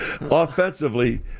offensively